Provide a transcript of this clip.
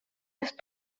eest